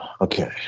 Okay